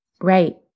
Right